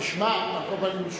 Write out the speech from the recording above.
זה נשמע הגיוני.